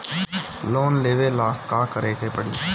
Loan लेवे ला का करे के पड़ी?